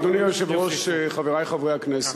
אדוני היושב-ראש, חברי חברי הכנסת,